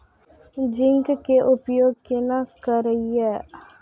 Zinc के उपयोग केना करये?